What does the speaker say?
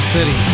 City